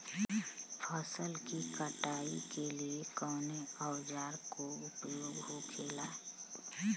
फसल की कटाई के लिए कवने औजार को उपयोग हो खेला?